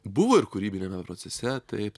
buvo ir kūrybiniame procese taip